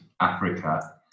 Africa